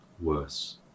worse